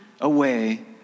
away